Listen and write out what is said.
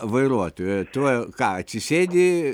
vairuotojo tai va ką atsisėdi